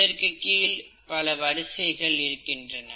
இதற்கு கீழ் பல வரிசைகள் இருக்கின்றன